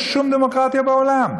בשום דמוקרטיה בעולם.